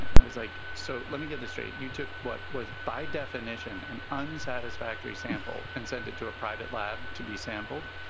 and i was like, so let me get this straight. you took what was by definition an unsatisfactory sample and sent it to a private lab to be sampled.